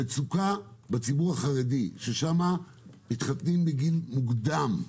המצוקה בציבור החרדי, ששם מתחתנים בגיל צעיר,